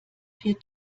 vier